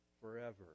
forever